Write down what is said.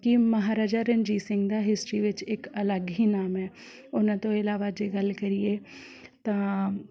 ਕਿ ਮਹਾਰਾਜਾ ਰਣਜੀਤ ਸਿੰਘ ਦਾ ਹਿਸਟਰੀ ਵਿੱਚ ਇੱਕ ਅਲੱਗ ਹੀ ਨਾਮ ਹੈ ਉਹਨਾਂ ਤੋਂ ਇਲਾਵਾ ਜੇ ਗੱਲ ਕਰੀਏ ਤਾਂ